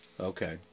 okay